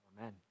Amen